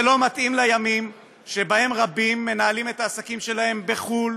זה לא מתאים לימים שבהם רבים מנהלים את העסקים שלהם בחו"ל,